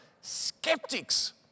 Skeptics